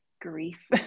grief